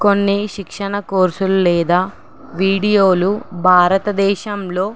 కొన్ని శిక్షణ కోర్సులు లేదా వీడియోలు భారతదేశంలో